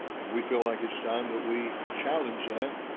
and we feel like it's time that we challenge that.